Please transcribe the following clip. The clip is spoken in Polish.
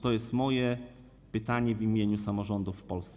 To jest moje pytanie w imieniu samorządów w Polsce.